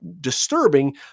disturbing